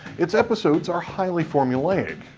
its episodes are highly formulaic,